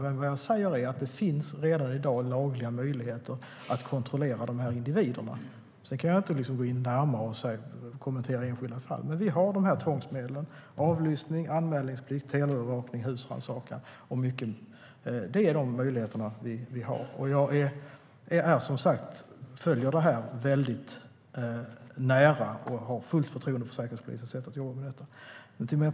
Men vad jag säger är att det redan i dag finns lagliga möjligheter att kontrollera individerna; sedan kan jag inte gå in närmare och kommentera enskilda fall. Vi har de här tvångsmedlen: avlyssning, anmälningsplikt, teleövervakning och husrannsakan. Det är de möjligheter vi har. Jag följer som sagt detta nära, och jag har fullt förtroende för säkerhetspolisens sätt att jobba med detta.